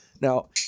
Now